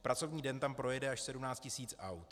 V pracovní den tam projede až 17 tisíc aut.